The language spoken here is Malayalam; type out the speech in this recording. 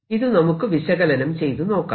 ഇത് നമുക്ക് വിശകലനം ചെയ്തു നോക്കാം